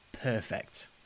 Perfect